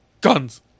Guns